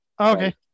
okay